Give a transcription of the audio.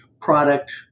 Product